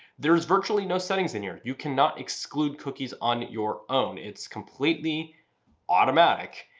there's virtually no settings in here. you cannot exclude cookies on your own. it's completely automatic.